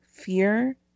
Fear